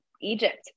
Egypt